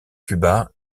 cuba